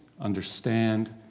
understand